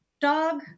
dog